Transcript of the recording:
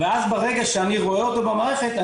ואז ברגע שאני רואה אותו במערכת,